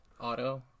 Auto